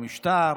במשטר,